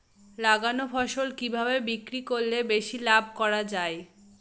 লাগানো ফসল কিভাবে বিক্রি করলে বেশি লাভ করা যায়?